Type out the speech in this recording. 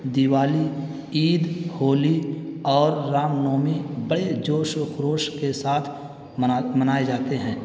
دیوالی عید ہولی اور رام نومی بڑے جوش و خروش کے ساتھ منائے جاتے ہیں